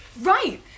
Right